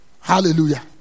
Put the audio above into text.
Hallelujah